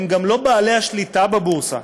הם גם לא בעלי השליטה בבורסה.